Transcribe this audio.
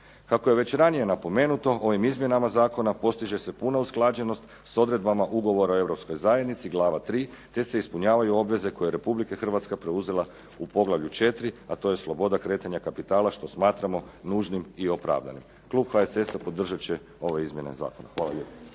Kako je već ranije napomenuto, ovim izmjenama zakona postiže se puna usklađenost s odredbama Ugovora o Europskoj zajednici, glava 3 te se ispunjavaju obveze koje je Republika Hrvatska preuzela u poglavlju 4 a to je Sloboda kretanja kapitala što smatramo nužnim i opravdanim. Klub HSS-a podržat će ove izmjene zakona. Hvala lijepo.